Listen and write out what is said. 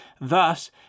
Thus